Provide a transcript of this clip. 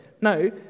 No